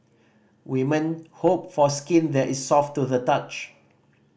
women hope for skin that is soft to the touch